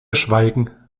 schweigen